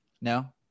no